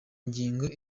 ngingo